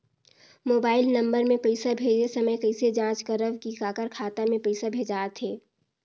Mobile number मे पइसा भेजे समय कइसे जांच करव की काकर खाता मे पइसा भेजात हे?